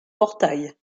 portail